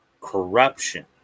corruption